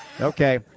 Okay